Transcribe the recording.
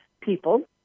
people